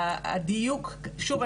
שוב,